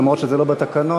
אף שזה לא בתקנון,